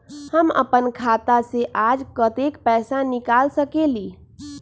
हम अपन खाता से आज कतेक पैसा निकाल सकेली?